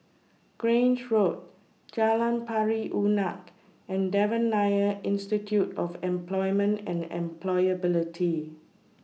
Grange Road Jalan Pari Unak and Devan Nair Institute of Employment and Employability